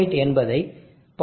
78 என்பதை 0